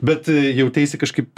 bet jauteisi kažkaip